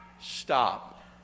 stop